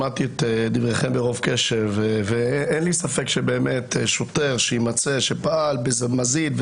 שמעתי את דבריכם ברוב קשב ואין לי ספק שבאמת שוטר שיימצא שפעל במזיד,